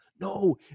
No